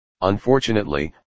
Unfortunately